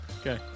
Okay